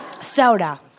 soda